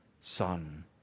Son